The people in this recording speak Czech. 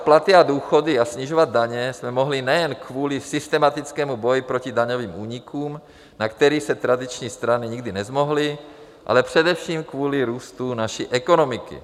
Zvyšovat platy a důchody a snižovat daně jsme mohli nejen kvůli systematickému boji proti daňovým únikům, na které se tradiční strany nikdy nezmohly, ale především kvůli růstu naší ekonomiky.